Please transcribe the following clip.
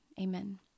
amen